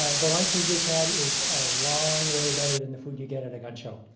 ah the lunch you just had is a long way better than the food you get at a gun show.